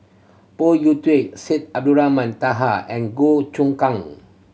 Phoon Yew Tien Syed Abdulrahman Taha and Goh Choon Kang